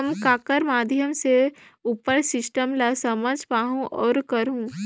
हम ककर माध्यम से उपर सिस्टम ला समझ पाहुं और करहूं?